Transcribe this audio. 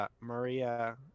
Maria